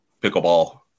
pickleball